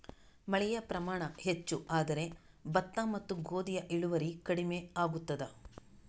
ಮಳೆಯ ಪ್ರಮಾಣ ಹೆಚ್ಚು ಆದರೆ ಭತ್ತ ಮತ್ತು ಗೋಧಿಯ ಇಳುವರಿ ಕಡಿಮೆ ಆಗುತ್ತದಾ?